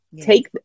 Take